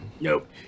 nope